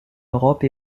europe